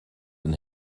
den